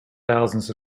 thousands